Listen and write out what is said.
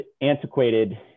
antiquated